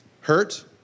Hurt